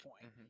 point